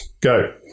Go